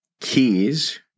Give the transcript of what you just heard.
keys